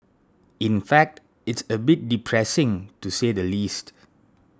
in fact it's a bit depressing to say the least